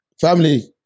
Family